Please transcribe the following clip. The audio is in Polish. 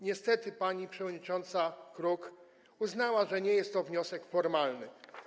Niestety pani przewodnicząca Kruk uznała, że nie jest to wniosek formalny.